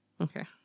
okay